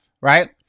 right